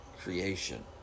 creation